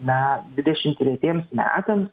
na dvidešim tretiems metams